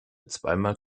zweimal